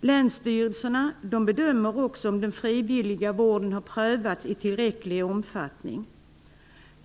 Länsstyrelserna bedömer också om den frivilliga vården har prövats i tillräcklig omfattning.